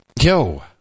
Yo